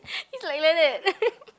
he's like like that